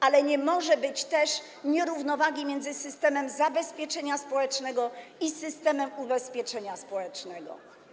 Ale też nie może być nierównowagi między systemem zabezpieczenia społecznego i systemem ubezpieczenia społecznego.